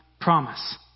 promise